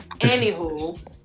anywho